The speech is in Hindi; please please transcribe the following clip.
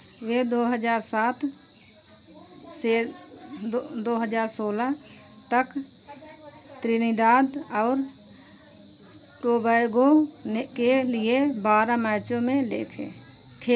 वे दो हज़ार सात से दो दो हज़ार सोलह तक त्रिनिदाद और टोबैगो के लिए बारह मैचों में देखे खे